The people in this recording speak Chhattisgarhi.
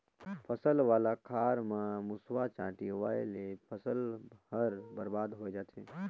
फसल वाला खार म मूसवा, चांटी होवयले फसल हर बरबाद होए जाथे